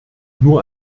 nur